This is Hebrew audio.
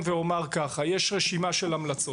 מיפוי של השפעות,